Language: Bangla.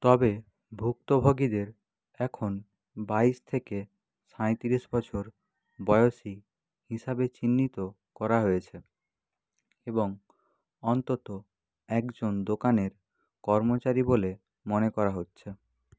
তবে ভুক্তভোগীদের এখন বাইশ থেকে সাইত্রিশ বছর বয়সী হিসাবে চিহ্নিত করা হয়েছে এবং অন্তত একজন দোকানের কর্মচারী বলে মনে করা হচ্ছে